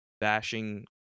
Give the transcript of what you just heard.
bashing